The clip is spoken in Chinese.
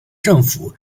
政府